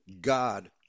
God